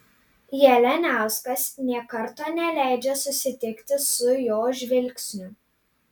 jalianiauskas nė karto neleidžia susitikti su jo žvilgsniu